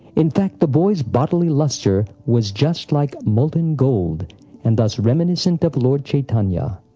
in fact, the boy's bodily luster was just like molten gold and thus reminiscent of lord chaitanya.